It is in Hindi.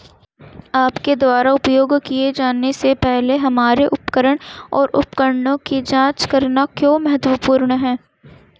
आपके द्वारा उपयोग किए जाने से पहले हमारे उपकरण और उपकरणों की जांच करना क्यों महत्वपूर्ण है?